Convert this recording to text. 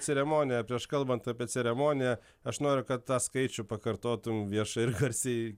ceremonija prieš kalbant apie ceremoniją aš noriu kad tą skaičių pakartotum viešai ir garsiai